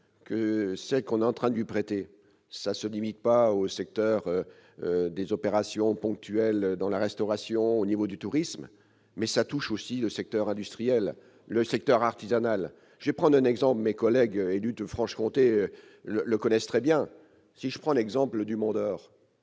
que celle qu'on est en train de lui prêter, ça se limite pas au secteur des opérations ponctuelles dans la restauration au niveau du tourisme mais ça touche aussi le secteur industriel, le secteur artisanal j'ai prendre un exemple, mes collègues élus de Franche-Comté le connaissent très bien si je prends l'exemple du monde